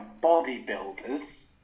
bodybuilders